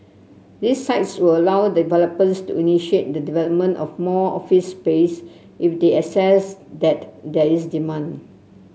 these sites will allow developers to initiate the development of more office space if they assess that there is demand